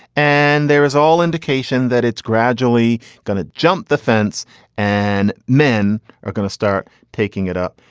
and there is all indication that it's gradually going to jump the fence and men are going to start taking it up,